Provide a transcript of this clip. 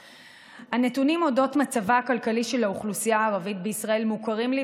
הנתונים על מצבה הכלכלי של האוכלוסייה הערבית בישראל מוכרים לי,